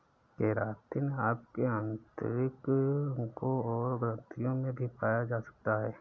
keratin आपके आंतरिक अंगों और ग्रंथियों में भी पाया जा सकता है